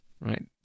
Right